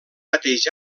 mateix